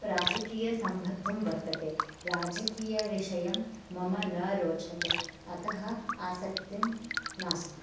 राजकीय सम्बद्धं वर्तते राजकीय विषयं मम न रोचते अतः आसक्त्तिः नास्ति